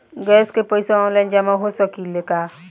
Gas के पइसा online जमा हो सकेला की?